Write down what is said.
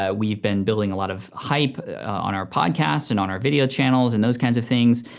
ah we've been building a lot of hype on our podcasts and on our video channels and those kinds of things,